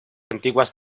antiguas